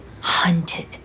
hunted